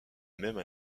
même